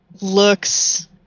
looks